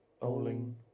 bowling